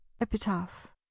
Epitaph